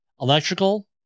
electrical